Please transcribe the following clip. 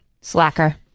Slacker